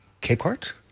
Capehart